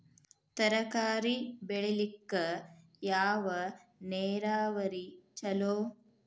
ತರಕಾರಿ ಬೆಳಿಲಿಕ್ಕ ಯಾವ ನೇರಾವರಿ ಛಲೋ?